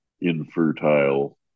infertile